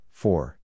four